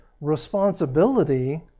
responsibility